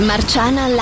Marciana